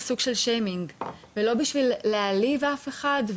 שהוא סוג של shaming ולא בשביל להעליב אף אחד.